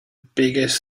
biggest